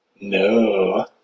No